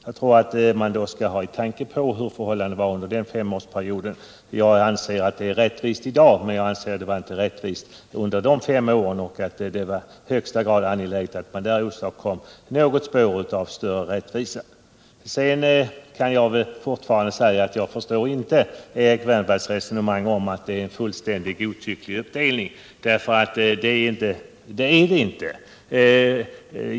Talar man om rättvisa kan man ha i åtanke hur förhållandena var under den femårsperioden. Fortfarande kan jag inte förstå Erik Wärnbergs resonemang om att det är en fullständigt godtycklig uppdelning. Så är det inte!